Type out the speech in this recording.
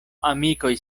amikoj